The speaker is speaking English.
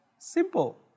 Simple